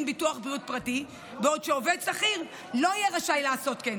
ביטוח בריאות פרטי בעוד עובד שכיר לא יהיה רשאי לעשות כן.